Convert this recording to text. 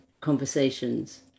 conversations